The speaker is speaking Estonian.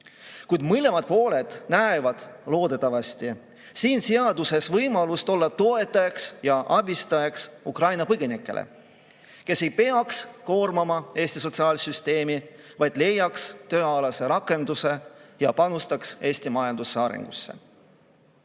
Kuid mõlemad pooled näevad loodetavasti siin võimalust olla toetajaks ja abistajaks Ukraina põgenikele, kes ei peaks koormama Eesti sotsiaalsüsteemi, vaid leiaks tööalase rakenduse ja panustaks Eesti majanduse arengusse. See